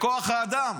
לכוח האדם.